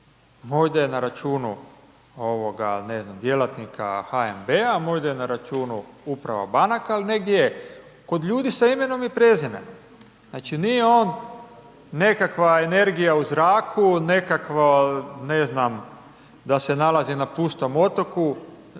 možda je na računu ne znam djelatnika HNB-a, možda je na računu uprave banaka ali negdje je kod ljudi sa imenom i prezimenom, znači nije on nekakva energija u zraku, nekakvo ne znam da se nalazi na pustom otoku,